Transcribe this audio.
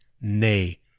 nay